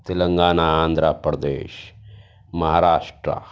Telangana Andhra Pradesh Maharashtra